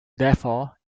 therefore